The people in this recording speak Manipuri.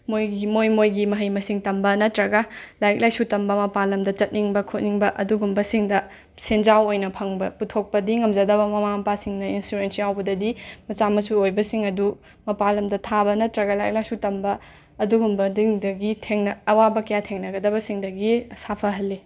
ꯃꯣꯏ ꯃꯣꯏ ꯃꯣꯏꯒꯤ ꯃꯍꯩ ꯃꯁꯤꯡ ꯇꯝꯕ ꯅꯠꯇ꯭ꯔꯒ ꯂꯥꯏꯔꯤꯛ ꯂꯥꯏꯁꯨ ꯇꯝꯕ ꯃꯄꯥꯜ ꯂꯝꯗ ꯆꯠꯅꯤꯡꯕ ꯈꯣꯠꯅꯤꯡꯕ ꯑꯗꯨꯒꯨꯝꯕꯁꯤꯡꯗ ꯁꯦꯟꯖꯥꯎ ꯑꯣꯏꯅ ꯐꯪꯕ ꯄꯨꯊꯣꯛꯄꯗꯤ ꯉꯝꯖꯗꯕ ꯃꯃꯥ ꯃꯄꯥꯁꯤꯡꯅ ꯏꯟꯁꯨꯔꯦꯟꯁ ꯌꯥꯎꯕꯗꯗꯤ ꯃꯆꯥ ꯃꯁꯨ ꯑꯣꯏꯕꯁꯤꯡ ꯑꯗꯨ ꯃꯄꯥꯜ ꯂꯝꯗ ꯊꯥꯕ ꯅꯠꯇ꯭ꯔꯒ ꯂꯥꯏꯔꯤꯛ ꯂꯥꯏꯁꯨ ꯇꯝꯕ ꯑꯗꯨꯒꯨꯝꯕꯗꯨꯗꯒꯤ ꯊꯦꯡꯅ ꯑꯋꯥꯕ ꯀꯌꯥ ꯊꯦꯡꯅꯒꯗꯕꯁꯤꯡꯗꯒꯤ ꯁꯥꯐꯍꯜꯂꯤ